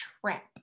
trap